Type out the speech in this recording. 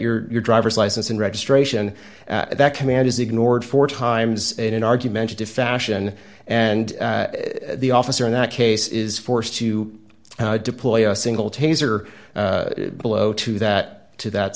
your driver's license and registration and that command is ignored four times in an argumentative fashion and the officer in that case is forced to deploy a single taser blow to that to that